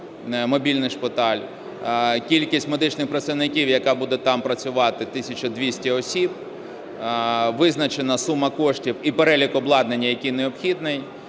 мобільний шпиталь. Кількість медичних працівників, яка буде там працювати, - 1 тисяча 200 осіб. Визначена сума коштів і перелік обладнання, який необхідний.